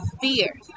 fear